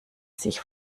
sich